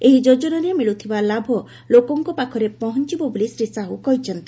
ଏହି ଯୋଜନାରେ ମିଳୁଥିବା ଲାଭ ଲୋକଙ୍କ ପାଖରେ ପହଞିବ ବୋଲି ଶ୍ରୀ ସାହୁ କହିଛନ୍ତି